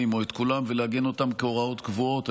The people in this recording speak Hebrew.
או את כולם ולעגן אותם כהוראות קבועות,